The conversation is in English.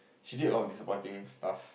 she did a lot of disappointing stuff